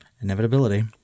Inevitability